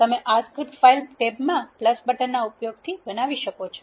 તમે R script file ટેબમાં બટનના ઉપયોગથી બનાવી શકો છો